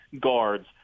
guards